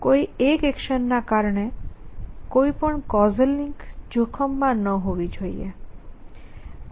કોઈ એક એક્શન ના કારણે કોઈ પણ કૉઝલ લિંક જોખમમાં ન હોવી જોઈએ